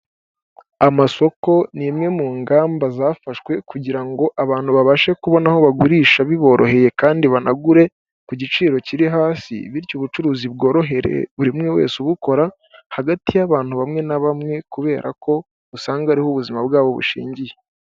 Amasoko ni imwe mu ngamba zafashwe kugira ngo abantu babashe kubona aho bagurisha biboroheye kandi banagure ku giciro kiri hasi, bityo ubucuruzi bworohere buri umwe wese ubukora hagati y'abantu bamwe na bamwe; kubera ko usanga ariho ubuzima bwabo bushingiye.